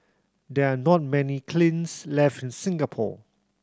there are not many kilns left in Singapore